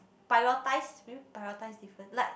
prioritize maybe prioritize different